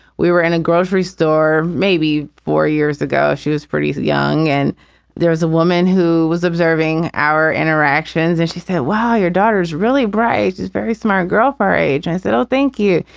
we were in a grocery store maybe four years ago. she was pretty young and there was a woman who was observing our interactions and she said, well, your daughter's really bright, is very smart girl for her age i said, oh, thank you.